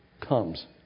comes